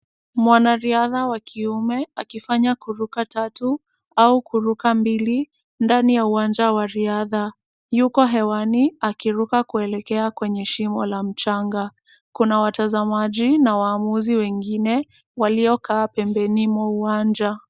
Mwanariadha wa kiume akifanya kuruka tatu au kuruka mbili ndani ya uwanja wa riadha. Yuko hewani akiruka kuelekea kwenye shimo la mchanga. Kuna watazamaji na waamuzi wengine waliokaa pembeni mwa uwanja.